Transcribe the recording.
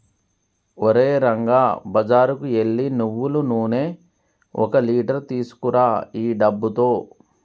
ఓరే రంగా బజారుకు ఎల్లి నువ్వులు నూనె ఒక లీటర్ తీసుకురా ఈ డబ్బుతో